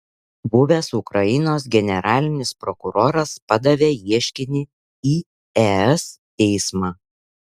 buvęs ukrainos generalinis prokuroras padavė ieškinį į es teismą